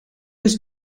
was